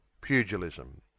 Pugilism